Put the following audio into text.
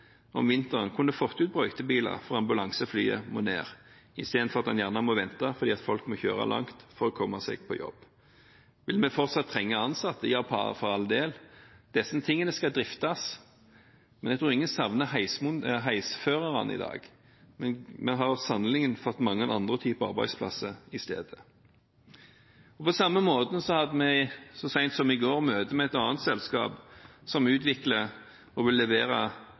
om vinteren kunne fått ut brøytebiler fordi ambulanseflyet må ned, i stedet for å måtte vente fordi folk må kjøre langt for å komme seg på jobb? Ville vi fortsatt trenge ansatte? Ja, for all del. Dette skal driftes, men jeg tror ingen savner heisføreren i dag. Vi har sannelig fått mange andre typer arbeidsplasser i stedet. På samme måte hadde vi så sent som i går møte med et annet selskap, som utvikler og vil levere